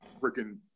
freaking